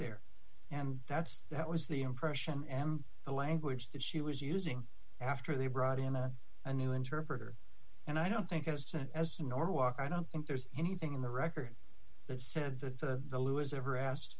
there and that's that was the impression am the language that she was using after they brought in a new interpreter and i don't think it was as norwalk i don't think there's anything in the record that said the loo is ever asked